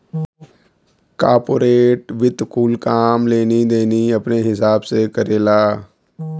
corporate वित्त कुल काम लेनी देनी अपने हिसाब से करेला